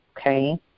okay